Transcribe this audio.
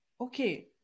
okay